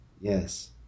Yes